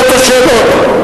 שכל אחד שואל אותו שאלות.